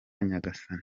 nyagasani